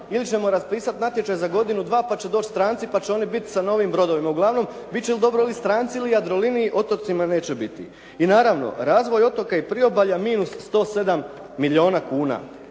ili ćemo raspisati natječaj za godinu, dva pa će doći stranci pa će oni biti sa novim brodovima. Uglavnom bit će … /Govornik se ne razumije./ … ovi stranci ili Jadroliniji. Otocima neće biti. I naravno razvoj otoka i priobalja minus 107 milijuna kuna.